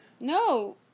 no